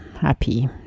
happy